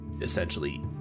essentially